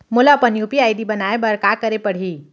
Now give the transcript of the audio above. मोला अपन UPI ID बनाए बर का करे पड़ही?